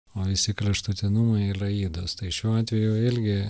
o visi kraštutinumai yra ydos tai šiuo atveju irgi